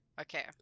okay